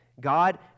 God